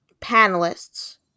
panelists